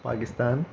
Pakistan